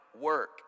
work